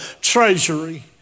treasury